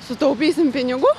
sutaupysim pinigų